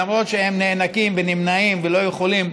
למרות שהם נאנקים ונמנעים ולא יכולים